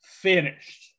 finished